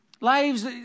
Lives